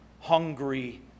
hungry